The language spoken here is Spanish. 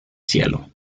cielo